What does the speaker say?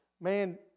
man